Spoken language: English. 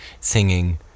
singing